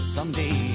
Someday